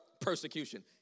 persecution